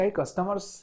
customers